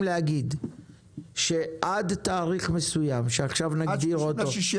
להגיד שעד תאריך מסוים שעכשיו נגיד אותו -- עד 30.6,